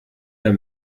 der